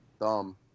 Dumb